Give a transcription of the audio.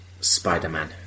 Spider-Man